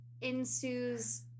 ensues